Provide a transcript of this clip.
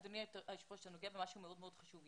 אדוני היושב ראש, אתה נוגע במשהו מאוד מאוד חשוב.